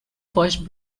first